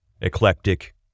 Eclectic